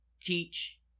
teach